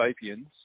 Sapiens